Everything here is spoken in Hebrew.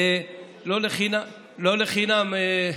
ולא לחינם.